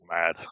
mad